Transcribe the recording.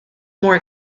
more